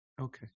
Okay